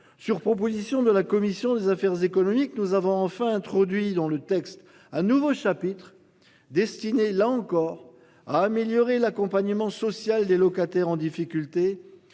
sur proposition de la commission des affaires économiques. Nous avons enfin introduit dans le texte. Un nouveau chapitre destiné là encore à améliorer l'accompagnement social des locataires en difficulté,